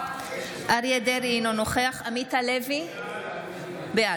אריה מכלוף דרעי, אינו נוכח עמית הלוי, בעד